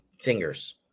fingers